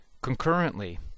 concurrently